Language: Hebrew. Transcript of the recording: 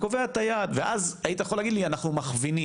קובע את היעד, ואז היית אומר לי, אנחנו מכווינים.